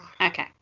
okay